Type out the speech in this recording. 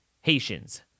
Haitians